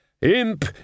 Imp